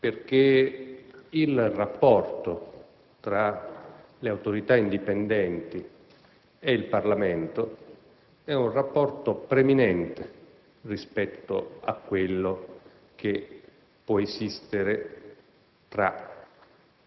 Il rapporto tra le Autorità indipendenti e il Parlamento è preminente rispetto a quello che può esistere tra